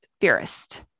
theorist